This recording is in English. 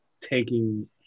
taking